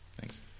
Thanks